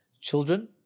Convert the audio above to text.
children